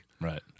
Right